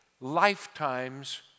lifetimes